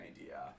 idea